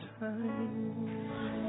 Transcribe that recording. time